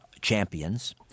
champions